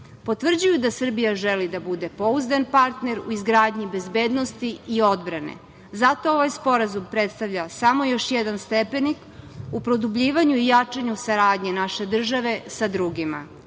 potvrđuju da Srbija želi da bude pouzdan partner u izgradnji bezbednosti i odbrane. Zato ovaj sporazum predstavlja samo još jedan stepenik u produbljivanju i jačanju saradnje naše države sa drugima.U